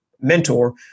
mentor